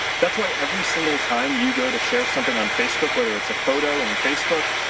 that's why every single time you go to share something on facebook, whether it is a photo in facebook,